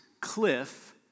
Cliff